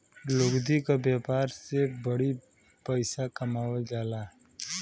लुगदी क व्यापार से बड़ी पइसा कमावल जाला